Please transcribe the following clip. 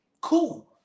Cool